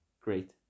great